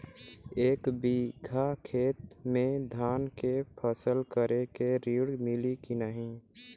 एक बिघा खेत मे धान के फसल करे के ऋण मिली की नाही?